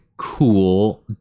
Cool